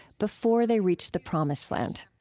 before they reached the promised land.